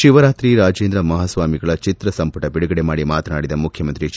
ಶಿವರಾತ್ರಿ ರಾಜೇಂದ್ರ ಮಹಾಸ್ವಾಮಿಗಳ ಚಿತ್ರಸಂಪುಟ ಬಿಡುಗಡೆ ಮಾಡಿ ಮಾತನಾಡಿದ ಮುಖ್ಯಮಂತ್ರಿ ಎಚ್